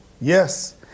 Yes